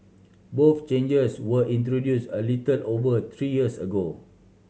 both changes were introduce a little over three years ago